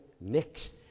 next